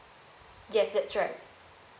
yes that's right